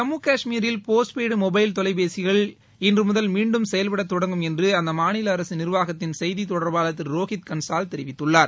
ஜம்மு காஷ்மீரில் post paid mobile தொலைபேசிகள் இன்று நண்பகல் முதல் மீண்டும் செயல்படத் தொடங்கும் என்று அந்த மாநில அரசு நிர்வாகத்தின் செய்தித் தொடர்பாளர் திரு ரோஹித் கன்சால் தெரிவித்துள்ளார்